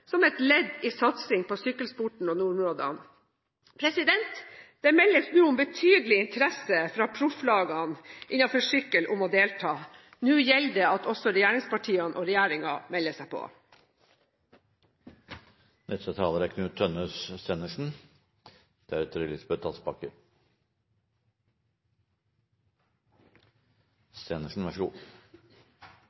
som et ledd i satsing på sykkelsporten og nordområdene. Det meldes nå om betydelig interesse fra profflagene innen sykkel for å delta. Nå gjelder det at også regjeringspartiene og regjeringen melder seg på.